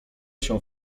się